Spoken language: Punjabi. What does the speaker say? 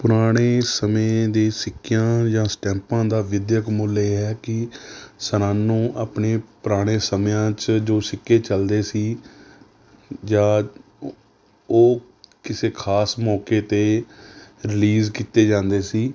ਪੁਰਾਣੇ ਸਮੇਂ ਦੇ ਸਿੱਕਿਆਂ ਜਾਂ ਸਟੈਮਪਾਂ ਦਾ ਵਿੱਦਿਅਕ ਮੁੱਲ ਇਹ ਹੈ ਕਿ ਸਾਨੂੰ ਆਪਣੇ ਪੁਰਾਣੇ ਸਮਿਆਂ 'ਚ ਜੋ ਸਿੱਕੇ ਚਲਦੇ ਸੀ ਜਾਂ ਉ ਉਹ ਕਿਸੇ ਖ਼ਾਸ ਮੌਕੇ 'ਤੇ ਰਿਲੀਜ਼ ਕੀਤੇ ਜਾਂਦੇ ਸੀ